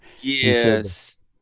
yes